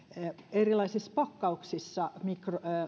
erilaisissa pakkauksissa